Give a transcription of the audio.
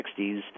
1960s